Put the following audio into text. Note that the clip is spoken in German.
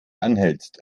anhältst